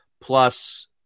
plus